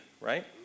right